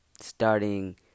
starting